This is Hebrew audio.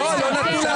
לא נתנו לה